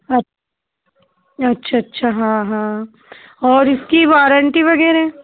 अछ अच्छा अच्छा हाँ हाँ और इसकी वारंटी वगैरह